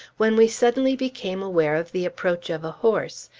when we suddenly became aware of the approach of a horse,